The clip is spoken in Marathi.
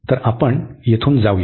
तर आपण येथून जाऊया